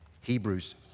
Hebrews